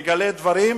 מגלה דברים,